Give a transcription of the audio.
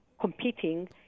competing